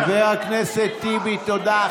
חבר הכנסת טיבי, תודה.